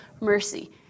mercy